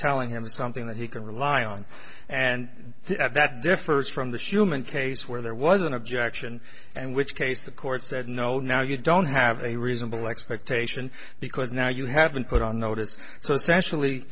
telling him something that he can rely on and that differs from the shoeman case where there was an objection and which case the court said no now you don't have a reasonable expectation because now you have been put on notice so essentially